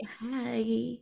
hi